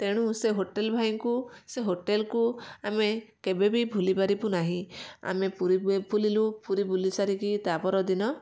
ତେଣୁ ସେ ହୋଟେଲ୍ ଭାଇଙ୍କୁ ସେ ହୋଟେଲକୁ ଆମେ କେବେବି ଭୁଲି ପାରିବୁ ନାହିଁ ଆମେ ପୁରୀ ବୁଲିଲୁ ପୁରୀ ବୁଲିସାରିକି ତା ପରଦିନ